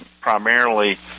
primarily